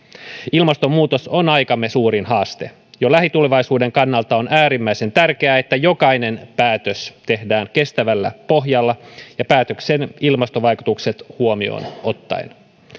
ilmastonmuutos on aikamme suurin haaste jo lähitulevaisuuden kannalta on äärimmäisen tärkeää että jokainen päätös tehdään kestävällä pohjalla ja päätöksen ilmastovaikutukset huomioon ottaen